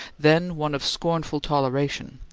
then one of scornful toleration,